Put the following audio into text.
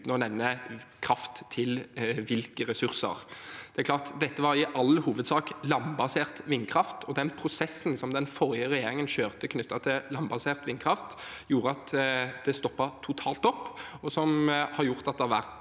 uten å nevne kraft til hvilke ressurser. Det er klart: Dette var i all hovedsak landbasert vindkraft, og den prosessen som den forrige regjeringen kjørte knyttet til landbasert vindkraft, gjorde at det stoppet totalt opp. Det har gjort at det har vært